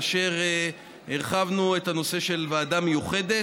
כאשר הרחבנו את הנושא של ועדה מיוחדת,